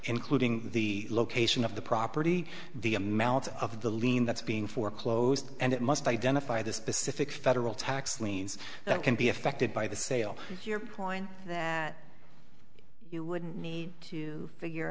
including the location of the property the amount of the lien that's being foreclosed and it must identify the specific federal tax liens that can be affected by the sale of your point that you would need to figure